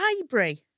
Library